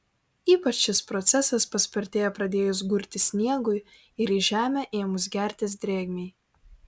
ypač šis procesas paspartėja pradėjus gurti sniegui ir į žemę ėmus gertis drėgmei